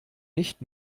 nicht